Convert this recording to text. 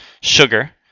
sugar